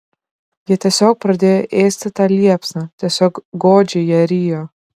jie tiesiog pradėjo ėsti tą liepsną tiesiog godžiai ją rijo